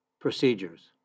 procedures